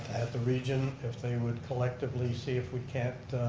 at the region, if they would collectively see if we can't